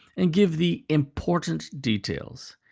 and give the important details.